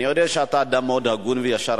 אני יודע שאתה אדם מאוד הגון וישר,